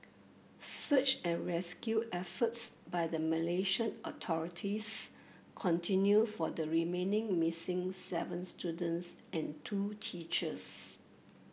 search and rescue efforts by the Malaysian authorities continue for the remaining missing seven students and two teachers